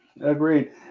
agreed